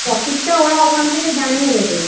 টপিকটা ওরা ওখান থেকে জানিয়ে দেবে